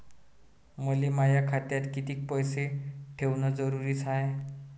मले माया खात्यात कितीक पैसे ठेवण जरुरीच हाय?